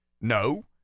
No